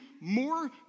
more